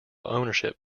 ownership